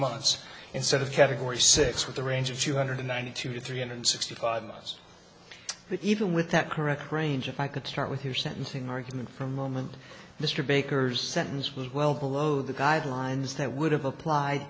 months instead of category six with a range of two hundred ninety two to three hundred sixty five miles even with that correct range if i could start with your sentencing argument for a moment mr baker's sentence was well below the guidelines that would have applied